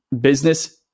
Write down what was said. Business